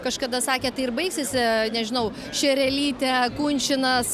kažkada sakė tai ir baigsis nežinau šerelytė kunčinas